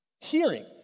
hearing